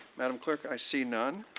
madame clerk, i see none.